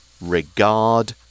regard